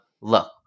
look